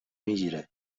میگیره